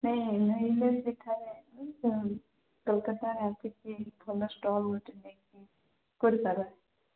ନାଇଁ ନାଇଁ ଏଇଲେ ଦିଘାରେ ଅଛି କୋଲକାତାରେ ଆସିକି ଭଲ ଷ୍ଟଲ୍ ଗୋଟେ ନେଇକି କରିପାରେ